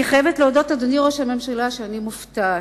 אני חייבת להודות, אדוני ראש הממשלה, שאני מופתעת.